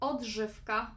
Odżywka